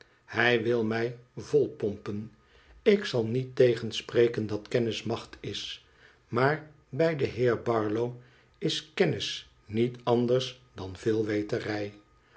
hij wil mij volpompen ik zal niet tegenspreken dat kennis macht is maar bij den heer barlow is kennis niet anders dan vcclweterlj